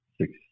six